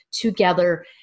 together